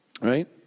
Right